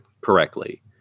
correctly